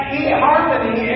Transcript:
e-harmony